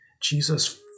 Jesus